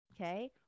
Okay